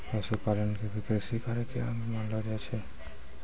पशुपालन क भी कृषि कार्य के अंग मानलो जाय छै